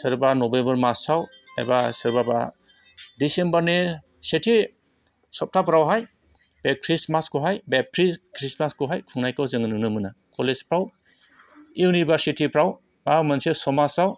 सोरबा नभेम्बर मासाव एबा सोरबाबा डिसिम्बरनि सेथि सप्ताहफोरावहाय बे ख्रिस्टमासखौहाय बे प्रि ख्रिस्टमासखौ खुंनायखौहाय जोङो नुनो मोनो कलेजफ्राव इउनिभारसिटिफ्राव बा मोनसे समाजआव